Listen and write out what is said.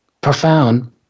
profound